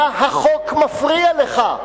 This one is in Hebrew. מה החוק מפריע לך?